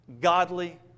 godly